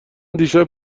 دیشب